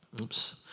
Oops